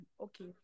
Okay